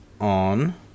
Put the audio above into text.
on